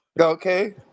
Okay